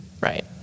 Right